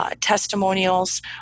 testimonials